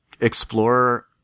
explore